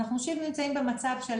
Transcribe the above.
אנחנו שוב נמצאים במצב של